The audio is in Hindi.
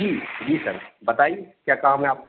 जी जी सर बताइए क्या काम है आपको